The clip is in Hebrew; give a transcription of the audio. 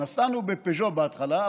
נסענו בפז'ו בהתחלה,